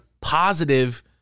positive